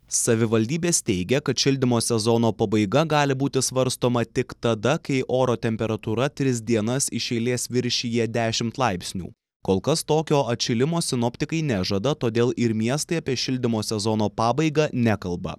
savivaldybės teigia kad šildymo sezono pabaiga gali būti svarstoma tik tada kai oro temperatūra tris dienas iš eilės viršija dešimt laipsnių kol kas tokio atšilimo sinoptikai nežada todėl ir miestai apie šildymo sezono pabaigą nekalba